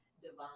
divine